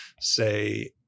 say